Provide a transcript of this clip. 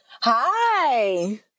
Hi